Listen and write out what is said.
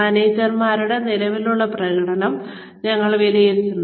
മാനേജരുടെ നിലവിലെ പ്രകടനം ഞങ്ങൾ വിലയിരുത്തുന്നു